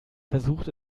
versucht